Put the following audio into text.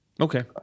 okay